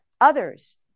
others